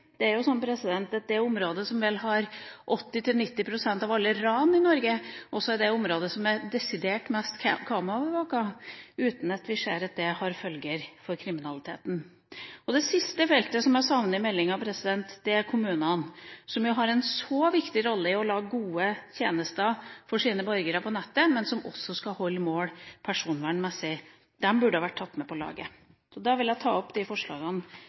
Det er jo slik at det området som vel har 80–90 pst. av alle ran i Norge, også er det området som er desidert mest kameraovervåket – uten at vi ser at det får følger for kriminaliteten. Det siste feltet som jeg savner i meldinga, er kommunene, som har en så viktig rolle i å lage gode tjenester for sine borgere på nettet, men som også skal holde mål personvernmessig. De burde vært tatt med på laget. Jeg vil ta opp de forslagene som jeg har vist til. Representanten Trine Skei Grande har tatt opp de forslagene